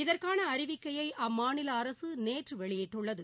இதற்கான அறிவிக்கையை அம்மாநில அரசு நேற்று வெளியிட்டுள்ளது